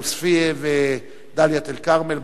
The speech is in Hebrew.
עוספיא ודאלית-אל-כרמל.